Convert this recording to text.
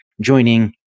joining